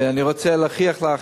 ואני רוצה להוכיח לך,